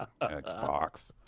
Xbox